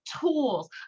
tools